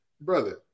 Brother